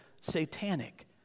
satanic